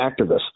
activists